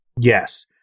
Yes